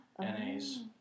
NAs